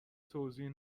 توضیح